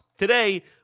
Today